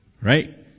right